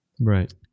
Right